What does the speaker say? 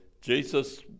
Jesus